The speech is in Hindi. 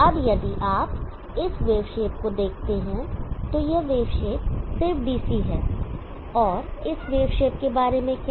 अब यदि आप इस वेव शेप को देखते हैं तो यह वेव शेप सिर्फ DC है और इस वेव शेप के बारे में क्या